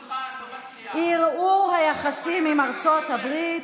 ערעור היחסים עם ארצות הברית,